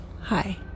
Hi